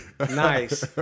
Nice